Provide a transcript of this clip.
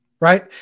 right